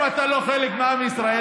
אם אתה לא חלק מעם ישראל,